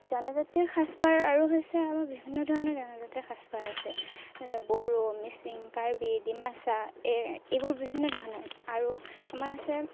জনজাতীয় সাজপাৰ আৰু হৈছে আমাৰ বিভিন্ন ধৰণৰ জনজাতীয় সাজপাৰ আছে বড়ো মিচিং কাৰ্বি ডিমাচা এই এইবোৰ বিভিন্ন ধৰণৰ আৰু আমাৰ আছে